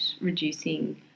reducing